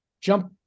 jump